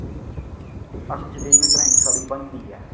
अस जनेही बी ड्रांइग साढ़ी बनदी ऐ